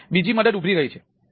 બીજી મદદ ઉભરી રહી છે